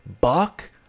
Buck